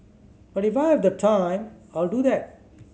but if I have the time I'll do that